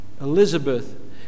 Elizabeth